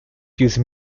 used